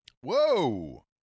Whoa